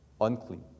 unclean